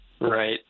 Right